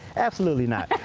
absolutely not.